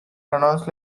pronounced